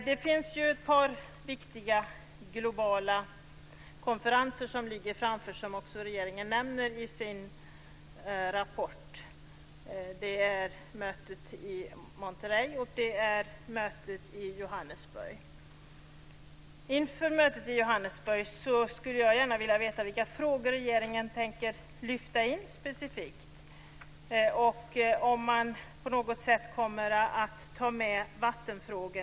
Det finns ett par viktiga globala konferenser som ligger framför oss och som också regeringen nämner i sin rapport. Det är mötet i Monterrey och det är mötet i Johannesburg. Inför mötet i Johannesburg skulle jag gärna vilja veta vilka frågor regeringen tänker lyfta in specifikt och om man på något sätt kommer att ta med vattenfrågorna.